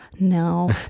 No